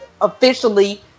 officially